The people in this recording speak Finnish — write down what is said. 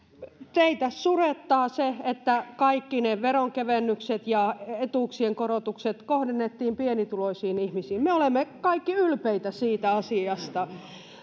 teitä surettaa se että kaikki ne veronkevennykset ja etuuksien korotukset kohdennettiin pienituloisiin ihmisiin me olemme kaikki ylpeitä siitä asiasta